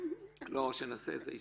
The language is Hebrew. לא שנעשה איזה עסקה.